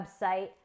website